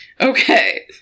Okay